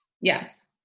Yes